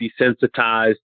desensitized